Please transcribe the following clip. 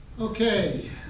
Okay